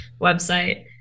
website